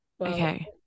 Okay